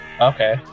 okay